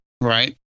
right